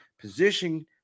position